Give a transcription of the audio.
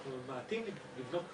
ואנחנו ממעטים לבנות כבישים.